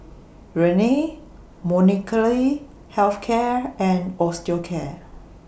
Rene Molnylcke Health Care and Osteocare